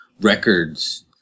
records